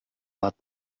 but